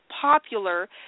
popular